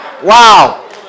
Wow